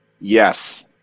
Yes